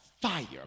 fire